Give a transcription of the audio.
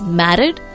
married